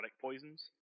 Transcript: poisons